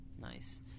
Nice